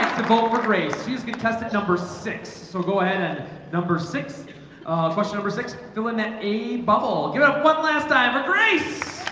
the goldberg race she's contestant number six, so go ahead and number six question number six doing that a bubble. give up one last. i have a grace